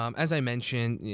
um as i mentioned,